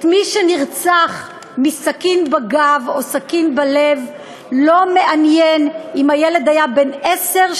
את מי שנרצח מסכין בגב או סכין בלב לא מעניין אם הילד היה בן עשר,